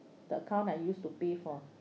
the account I used to pay for